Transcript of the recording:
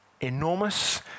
enormous